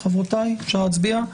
חברותיי, אפשר להצביע?